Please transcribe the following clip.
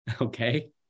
Okay